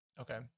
okay